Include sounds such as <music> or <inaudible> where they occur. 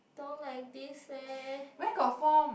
don't like this leh <noise>